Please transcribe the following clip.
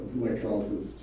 electrolysis